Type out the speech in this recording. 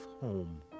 home